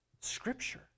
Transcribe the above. Scripture